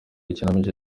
ikinamico